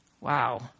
Wow